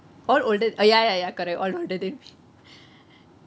all older ah ya ya ya correct all older than me